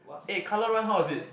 eh colour run how was it